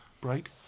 break